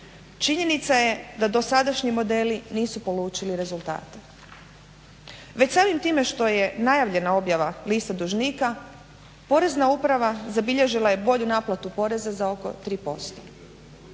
činjenica je da dosadašnji modeli nisu polučili rezultate. Već samim time što je najavljena objava liste dužnika porezna uprava zabilježila je bolju naplatu poreza za oko 3%.